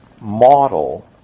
model